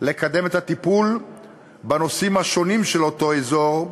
לקדם את הטיפול בנושאים השונים של אותו אזור,